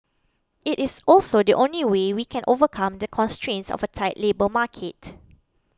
it is also the only way we can overcome the constraints of a tight labour market